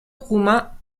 roumain